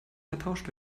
vertauscht